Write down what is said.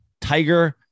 Tiger